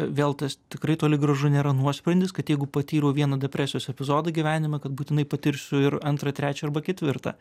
vėl tas tikrai toli gražu nėra nuosprendis kad jeigu patyriau vieną depresijos epizodą gyvenime kad būtinai patirsiu ir antrą trečią arba ketvirtą